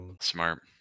Smart